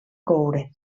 coure